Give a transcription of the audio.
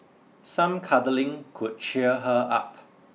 some cuddling could cheer her up